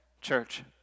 church